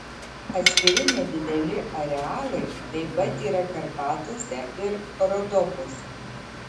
atskiri nedideli arealai taip pat yra karpatuose ir rodopuose